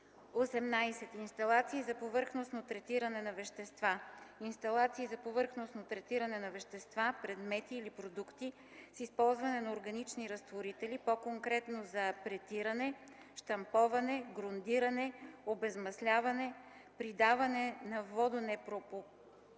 18. Инсталации за повърхностно третиране на вещества. Инсталации за повърхностно третиране на вещества, предмети или продукти с използване на органични разтворители, по-конкретно за апретиране, щамповане, грундиране, обезмасляване, придаване на водонепромокаемост,